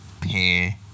pair